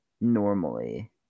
normally